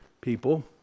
people